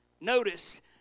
Notice